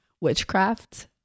witchcraft